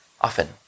often